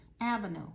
avenue